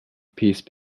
peace